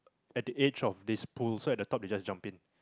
at the edge of this pull so at the top they just jump in